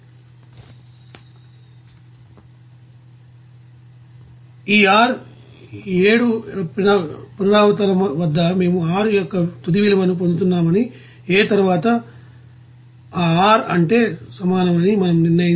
కాబట్టి ఈ R ఈ 7 వ పునరావృతాల వద్ద మేము R యొక్క తుది విలువను పొందుతున్నామని A తరువాత ఆ R అంటే సమానమని మనం నిర్ణయించుకోవచ్చు